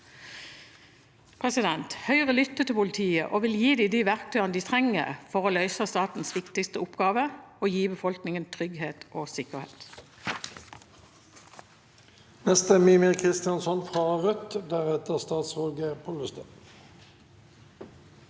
råd. Høyre lytter til politiet og vil gi dem de verktøyene de trenger for å løse statens viktigste oppgave: å gi befolkningen trygghet og sikkerhet.